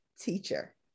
teacher